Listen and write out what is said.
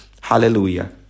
Hallelujah